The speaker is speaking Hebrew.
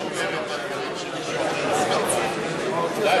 אם מכיוון שאתה משמר את הדברים שמישהו אחר עשה פעם,